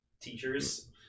teachers